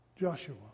Joshua